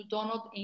Donald